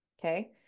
Okay